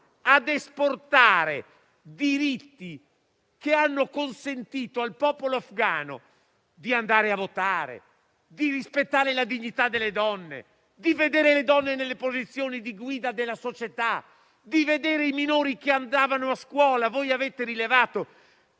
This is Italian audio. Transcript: a esportare diritti che hanno consentito al popolo afghano di andare a votare, di rispettare la dignità delle donne, di vedere le donne nelle posizioni di guida della società, di vedere i minori andare a scuola. Di Maio ha rilevato